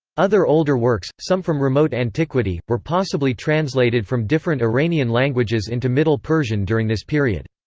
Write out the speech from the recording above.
other older works, some from remote antiquity, were possibly translated from different iranian languages into middle persian during this period.